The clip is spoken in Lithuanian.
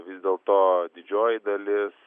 vis dėlto didžioji dalis